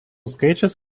skaičius